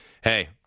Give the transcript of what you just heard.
hey